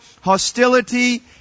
hostility